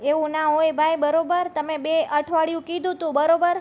એવું ના હોય ભાઈ બરોબર તમે બે અઠવાડિયું કીધું હતું બરોબર